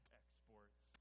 exports